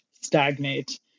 stagnate